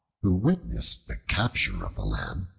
who witnessed the capture of the lamb,